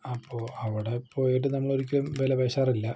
അപ്പോൾ അവിടെ പോയിട്ട് നമ്മൾ ഒരിക്കലും വില പേശാറില്ല